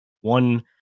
one